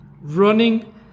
running